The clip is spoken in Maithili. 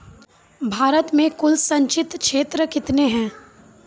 भारत मे कुल संचित क्षेत्र कितने हैं?